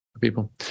people